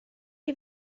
chi